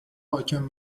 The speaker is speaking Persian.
حاکم